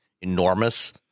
enormous